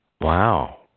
Wow